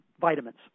vitamins